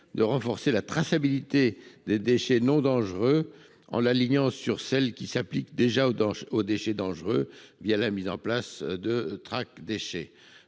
de renforcer la traçabilité des déchets non dangereux en l'alignant sur celle qui s'applique déjà aux déchets dangereux la mise en place de Trackdéchets.